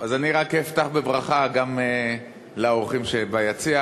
אני רק אפתח בברכה גם לאורחים שביציע,